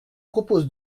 propose